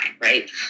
right